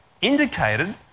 indicated